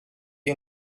you